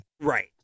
Right